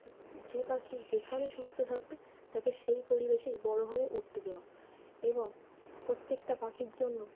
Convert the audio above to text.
যে পাখি যেখানে সুস্থ থাকবে তাকে সেই পরিবেশেই বড়ো হয়ে উঠতে দেওয়া এবং প্রত্যেকটা পাখির জন্য